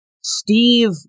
steve